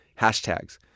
Hashtags